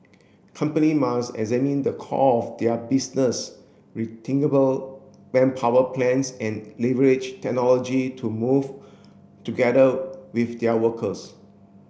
company must examine the core of their business rethinkable manpower plans and leverage technology to move together with their workers